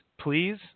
please